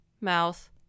mouth